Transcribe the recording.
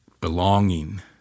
belonging